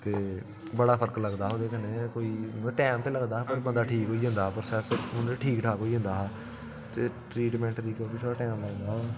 ते बड़ा फरक लगदा हा ओह्दे कन्नै कोई टैम ते लगदा हा पर बंदा ठीक होई जंदा हा प्रोसेस ठीक ठाक होई जंदा हा ते ट्रीटमेंट गी थोह्ड़ा टैम लगदा हा